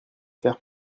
faire